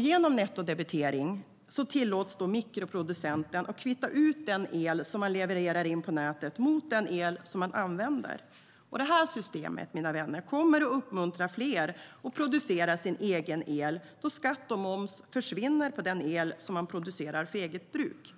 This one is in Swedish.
Genom nettodebitering tillåts mikroproducenten kvitta den el som man levererar in på nätet mot den el som man använder. Det här systemet, mina vänner, kommer att uppmuntra fler att producera sin egen el, eftersom skatt och moms försvinner på den el som man producerar för eget bruk.